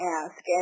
ask